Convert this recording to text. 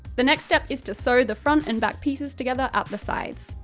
the next step is to sew the front and back pieces together at the sides.